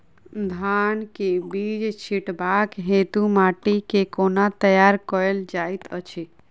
धान केँ बीज छिटबाक हेतु माटि केँ कोना तैयार कएल जाइत अछि?